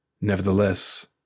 Nevertheless